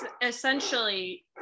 essentially